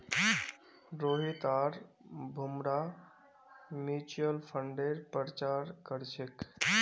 रोहित आर भूमरा म्यूच्यूअल फंडेर प्रचार कर छेक